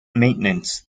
maintenance